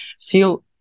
feel